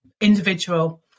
individual